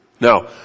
Now